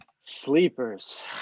Sleepers